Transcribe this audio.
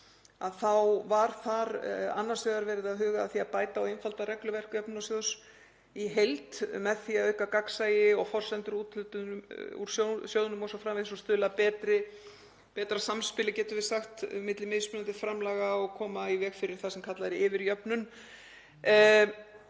var þar annars vegar verið að huga að því að bæta og einfalda regluverk jöfnunarsjóðs í heild með því að auka gagnsæi og forsendur vegna úthlutana úr sjóðnum o.s.frv. og stuðla að betra samspili, getum við sagt, milli mismunandi framlaga; koma í veg fyrir það sem kallað er yfirjöfnun